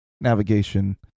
navigation